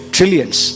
Trillions